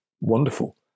wonderful